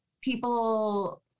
People